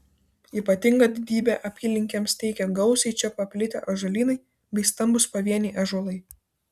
ypatingą didybę apylinkėms teikia gausiai čia paplitę ąžuolynai bei stambūs pavieniai ąžuolai